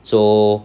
so